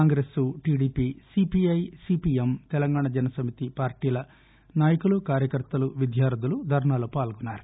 Congress TDP CPI CPM Telangana Jana Samithi పార్టీల నాయకులు కార్యకర్తలు విద్యార్థులు ధర్నాలో పాల్గొన్నారు